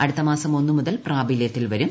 അടുത്ത മാസം ഒന്ന് മുതൽ പ്രാബല്യത്തിൽ വീരും